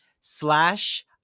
slash